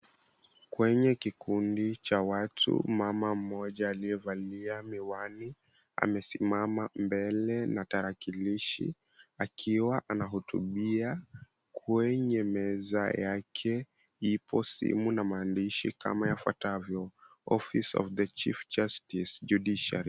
Kwenye kikundi cha watu mama mmoja aliyevalia miwani amesimama mbele na tarakilishi akiwa anahutubia. Kwenye meza yake ipo simu na maandishi kama yafuatavyo, Office of the Chief Justice, Judiciary .